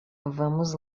vamos